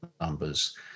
numbers